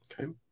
Okay